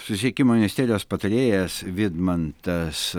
susisiekimo ministerijos patarėjas vidmantas